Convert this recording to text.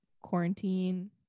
quarantine